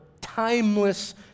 timeless